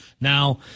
Now